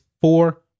four